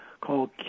called